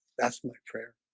that's my prayer